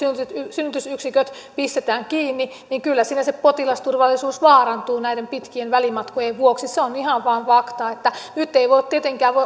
synnytysyksiköt pistetään kiinni niin kyllä siinä se potilasturvallisuus vaarantuu näiden pitkien välimatkojen vuoksi se on ihan vain fakta nyt ei voi tietenkään olla